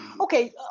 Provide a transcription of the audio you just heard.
Okay